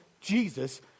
Jesus